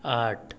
आठ